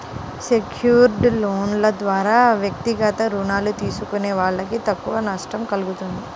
secured లోన్ల ద్వారా వ్యక్తిగత రుణాలు తీసుకునే వాళ్ళకు తక్కువ నష్టం కల్గుతుంది